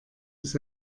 dass